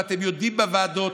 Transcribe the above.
ואתם יודעים בוועדות,